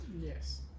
Yes